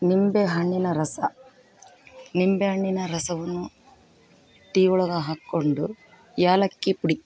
ನಿಂಬೆ ಹಣ್ಣಿನ ರಸ ನಿಂಬೆ ಹಣ್ಣಿನ ರಸವನ್ನು ಟೀ ಒಳಗೆ ಹಾಕ್ಕೊಂಡು ಏಲಕ್ಕಿ ಪುಡಿ